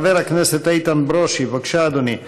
חבר הכנסת איתן ברושי, בבקשה, אדוני.